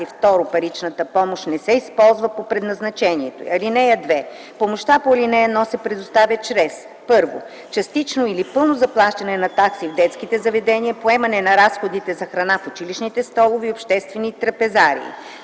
си; 2. паричната помощ не се използва по предназначение. (2) Помощта по ал. 1 се предоставя чрез: 1. частично или пълно заплащане на такси в детските заведения, поемане на разходите за храна в училищните столове и обществените трапезарии;